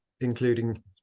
including